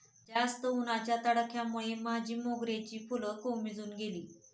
जास्त उन्हाच्या तडाख्यामुळे माझ्या मोगऱ्याची फुलं कोमेजून गेली